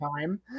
time